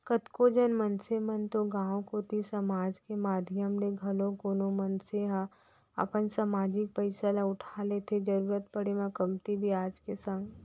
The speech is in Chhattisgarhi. कतको झन मनसे मन तो गांव कोती समाज के माधियम ले घलौ कोनो मनसे ह अपन समाजिक पइसा ल उठा लेथे जरुरत पड़े म कमती बियाज के संग